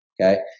okay